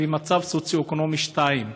שהם במצב סוציו-אקונומי 2,